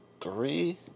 three